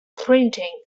printing